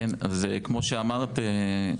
כמו שאמרת,